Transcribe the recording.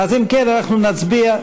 אצלך, רותם?